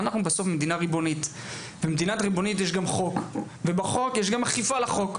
אנחנו בסוף מדינת חוק ריבונית עם מערכת אכיפה לחוק.